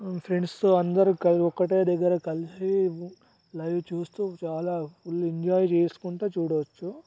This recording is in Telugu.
ఫ్రెండ్స్తో అందరు క ఒక్కటే దగ్గర కలిసి లైవ్ చూస్తూ చాలా ఫుల్ ఎంజాయ్ చేసుకుంటూ చూడవచ్చు